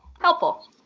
helpful